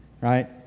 right